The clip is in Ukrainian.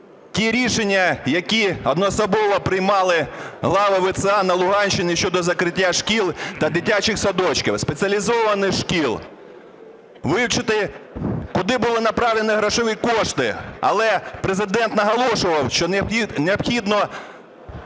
ті рішення, які одноособово приймали глави ВЦА на Луганщині щодо закриття шкіл та дитячих садочків, спеціалізованих шкіл, вивчити, куди були направлені грошові кошти. Але Президент наголошував, що необхідно